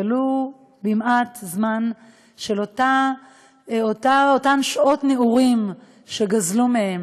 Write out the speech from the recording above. ולו במעט, את הזמן של אותן שעות נעורים שגזלו מהם.